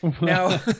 Now